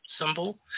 symbol